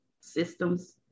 Systems